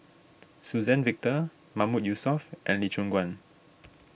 Suzann Victor Mahmood Yusof and Lee Choon Guan